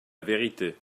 verité